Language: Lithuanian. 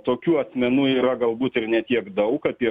tokių asmenų yra galbūt ir ne tiek daug apie